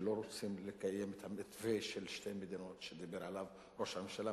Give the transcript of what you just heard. שלא רוצים לקיים את המתווה של שתי מדינות שדיבר עליו ראש הממשלה,